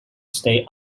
stay